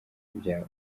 bya